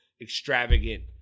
extravagant